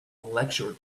lecture